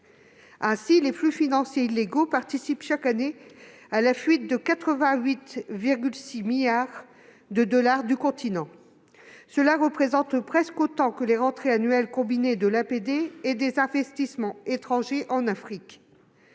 Ainsi, les flux financiers illégaux participent chaque année à la fuite de 88,6 milliards de dollars du continent. Cette somme représente presque autant que les rentrées annuelles combinées de l'APD et des investissements étrangers en Afrique